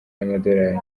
y’amadolari